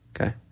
Okay